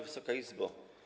Wysoka Izbo!